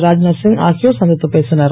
ராத்நாத் சிங் ஆகியோர் சந்தித்துப் பேசினர்